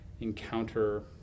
encounter